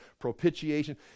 propitiation